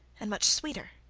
and much sweeter.